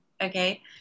Okay